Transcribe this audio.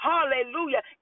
Hallelujah